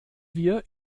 wir